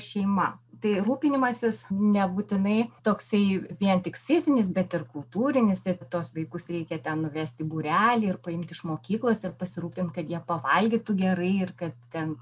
šeima tai rūpinimasis nebūtinai toksai vien tik fizinis bet ir kultūrinis ir tuos vaikus reikia ten nuvesti būrelį ir paimti iš mokyklos ir pasirūpint kad jie pavalgytų gerai ir kad ten